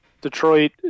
Detroit